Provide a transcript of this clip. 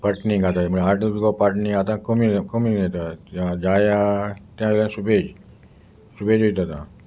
पटणीक आात म्हण आर्दोस गो पाटणी आतां कमी कमी येता जाया जाया सुबेज सुबेज वयतां